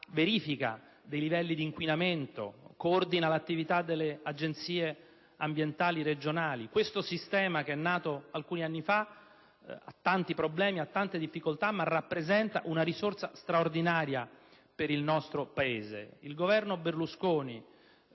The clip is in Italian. verifica dei livelli di inquinamento; essa inoltre coordina l'attività delle agenzie ambientali regionali. Questo sistema, che è nato alcuni anni fa, ha tanti problemi e tante difficoltà, ma rappresenta una risorsa straordinaria per il nostro Paese. Il Governo Berlusconi,